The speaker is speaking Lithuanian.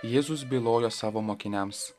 jėzus bylojo savo mokiniams